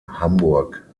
hamburg